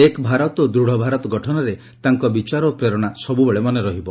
ଏକ୍ ଭାରତ ଓ ଦୃଢ଼ ଭାରତ ଗଠନରେ ତାଙ୍କ ବିଚାର ଓ ପ୍ରେରଣା ସବୁବେଳେ ମନେରହିବ